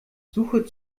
suche